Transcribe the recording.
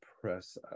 press